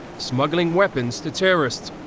smuggling weapons to terrorists.